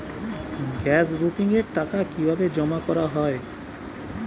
Gas বুকিংয়ের টাকা কিভাবে জমা করা হয়?